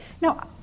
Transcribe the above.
No